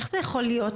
איך זה יכול להיות?